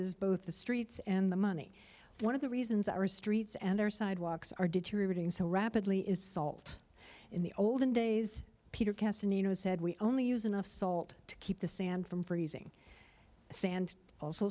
es both the streets and the money one of the reasons our streets and our sidewalks are deteriorating so rapidly is salt in the olden days peter cass nina said we only use enough salt to keep the sand from freezing sand also